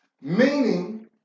meaning